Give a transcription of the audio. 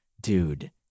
dude